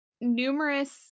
numerous